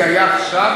זה היה עכשיו,